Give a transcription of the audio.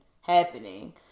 happening